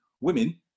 women